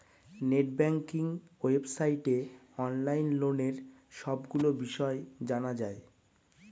net banking ওয়েবসাইটে online লোনের সবগুলো বিষয় জানা যায়